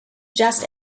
just